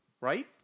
Right